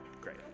Great